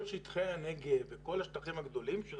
כל שטחי הנגב וכל השטחים הגדולים שלנו,